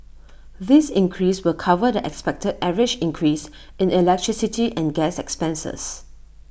this increase will cover the expected average increase in electricity and gas expenses